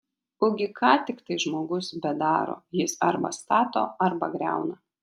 ugi ką tiktai žmogus bedaro jis arba stato arba griauna